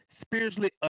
spiritually